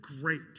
great